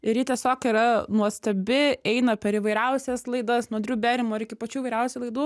ir ji tiesiog yra nuostabi eina per įvairiausias laidas nuo driuberimo ir iki pačių įvairiausių laidų